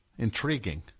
Intriguing